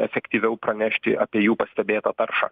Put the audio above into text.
efektyviau pranešti apie jų pastebėtą taršą